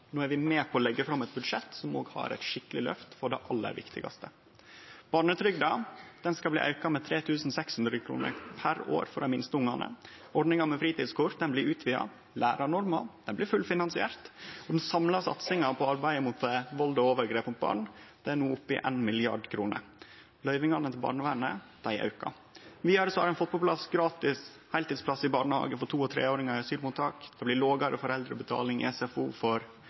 No er vi med på å leggje fram eit budsjett som òg har eit skikkeleg løft for det aller viktigaste. Barnetrygda skal aukast med 3 600 kr per år for dei minste ungane. Ordninga med fritidskort blir utvida, lærarnorma blir fullfinansiert, og den samla satsinga på arbeidet mot vald og overgrep mot barn er no oppe i 1 mrd. kr. Løyvingane til barnevernet aukar. Vidare har ein fått på plass gratis heiltidsplass i barnehage for to- og treåringar i asylmottak, det blir lågare foreldrebetaling i SFO for